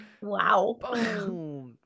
wow